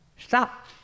stop